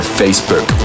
facebook